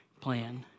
plan